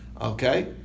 Okay